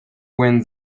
went